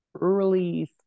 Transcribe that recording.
Early